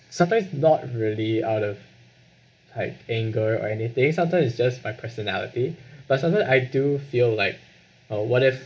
sometimes not really out of like anger or anything sometimes is just my personality but sometimes I do feel like oh what if